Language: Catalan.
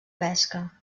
pesca